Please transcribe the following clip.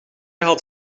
had